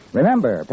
Remember